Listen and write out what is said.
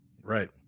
Right